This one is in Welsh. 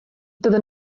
doedden